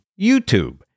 YouTube